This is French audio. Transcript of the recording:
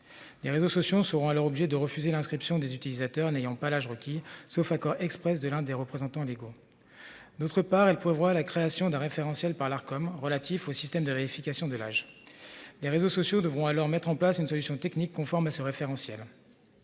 Les réseaux sociaux seront alors obligés de refuser l'inscription des utilisateurs n'ayant pas l'âge requis sauf accord Express de l'un des représentants les cours. D'autre part, il prévoit la création d'un référentiel par l'Arcom relatifs au système de vérification de l'âge. Des réseaux sociaux devront alors mettre en place une solution technique conforme à ce référentiel.